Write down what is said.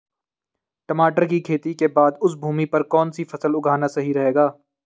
टमाटर की खेती के बाद उस भूमि पर कौन सी फसल उगाना सही रहेगा?